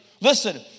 Listen